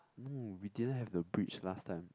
no we didn't have the bridge last time